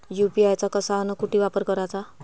UPI चा कसा अन कुटी वापर कराचा?